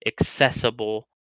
accessible